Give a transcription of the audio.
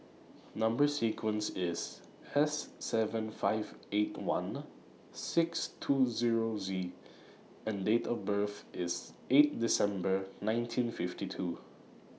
Number sequence IS S seven five eight one six two Zero Z and Date of birth IS eight December nineteen fifty two